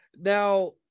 now